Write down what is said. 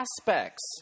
aspects